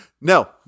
No